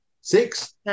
Six